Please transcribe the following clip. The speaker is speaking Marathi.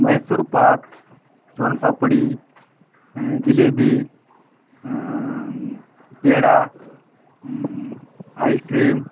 मैसूर पाक सोन पापडी जिलेबी पेढा आईस्क्रीम